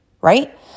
right